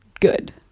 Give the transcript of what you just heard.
good